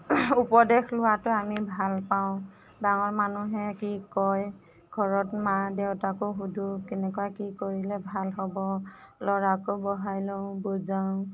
উপদেশ লোৱাটো আমি ভাল পাওঁ ডাঙৰ মানুহে কি কয় ঘৰত মা দেউতাকো সোধো কেনেকুৱা কি কৰিলে ভাল হ'ব ল'ৰাকো বহাই লওঁ বুজাও